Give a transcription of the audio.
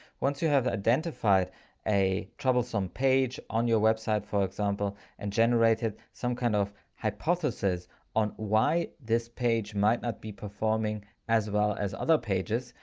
once you have identified a troublesome page on your website for example and generated some kind of hypothesis on why this page might not be performing as well as other pages,